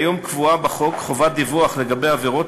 כיום קבועה בחוק חובת דיווח לגבי עבירות